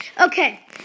Okay